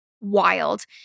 wild